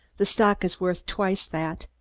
the stock is worth twice that.